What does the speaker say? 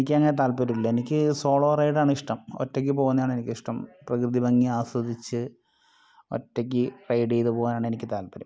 എനിക്കങ്ങനെ താൽപ്പര്യമില്ല എനിക്ക് സോളോ റൈഡാണിഷ്ടം ഒറ്റയ്ക്ക് പോകുന്നതാണെനിക്കിഷ്ടം പ്രകൃതി ഭംഗി ആസ്വദിച്ച് ഒറ്റക്ക് റൈഡ് ചെയ്ത് പോവാനാണെനിക്ക് താല്പര്യം